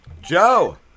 Joe